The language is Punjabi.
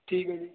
ਠੀਕ ਹੈ ਜੀ